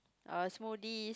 uh smoothies